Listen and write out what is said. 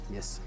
Yes